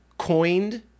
coined